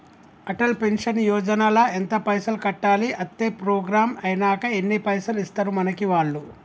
Atal pension Yojana ల ఎంత పైసల్ కట్టాలి? అత్తే ప్రోగ్రాం ఐనాక ఎన్ని పైసల్ ఇస్తరు మనకి వాళ్లు?